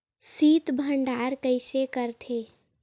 शीत भंडारण कइसे करथे?